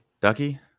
Ducky